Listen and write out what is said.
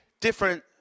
different